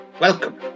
Welcome